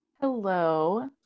Hello